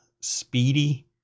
speedy